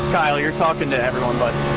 and i'll you're talking to everyone but.